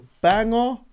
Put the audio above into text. banger